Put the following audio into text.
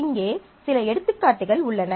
இங்கே சில எடுத்துக்காட்டுகள் உள்ளன